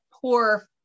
poor